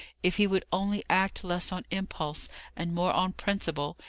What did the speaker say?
if he would only act less on impulse and more on principle,